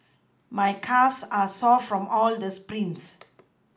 my calves are sore from all the sprints